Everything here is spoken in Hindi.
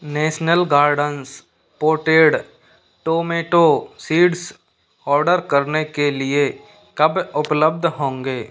national gardens potted tomato seeds order करने के लिए कब उपलब्ध होंगे